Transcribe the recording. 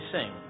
Sing